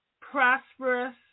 prosperous